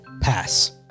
Pass